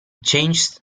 changes